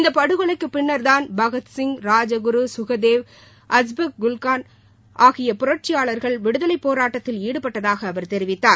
இந்த படுகொலைக்கு பின்னர்தான் பகத்சிங் ராஜகுரு சுகதேவ் அஸ்ஃபக்குல்லாகான் ஆகிய புரட்சியாளர்கள் விடுதலை போராட்டத்தில் ஈடுபட்டதாக அவர் தெரிவித்தார்